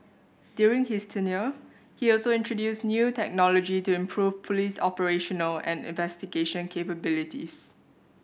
during his tenure he also introduced new technology to improve police operational and investigation capabilities